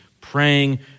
praying